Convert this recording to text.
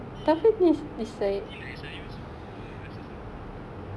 to me to to me like sayur semua rasa sama